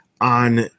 on